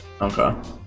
Okay